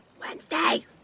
Wednesday